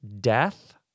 death